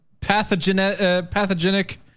pathogenic